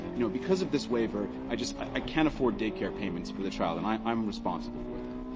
you know, because of this waiver, i just i can't afford daycare payments for the child and i i'm responsible for them.